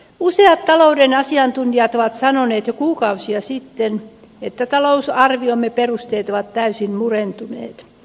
useat talouden asiantuntijat ovat sanoneet jo kuukausia sitten että talousarviomme perusteet ovat täysin murentuneet